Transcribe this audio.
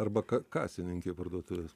arba kasininkė parduotuvės